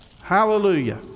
Hallelujah